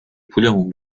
پولمون